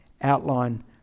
outline